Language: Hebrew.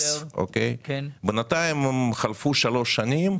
בינתיים חלפו שלוש שנים,